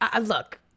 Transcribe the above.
look